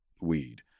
weed